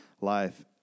life